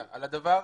הדבר,